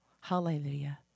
Hallelujah